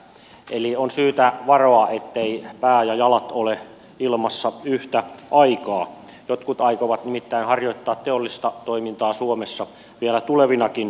eli on syytä varoa etteivät pää ja jalat ole ilmassa yhtä aikaa jotkut aikovat nimittäin harjoittaa teollista toimintaa suomessa vielä tulevinakin vuosina